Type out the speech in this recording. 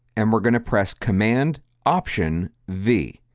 and we're going to press command option v.